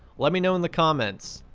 let me know in the comments.